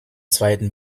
zweiten